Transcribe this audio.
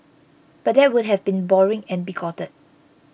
but that would have been boring and bigoted